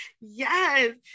yes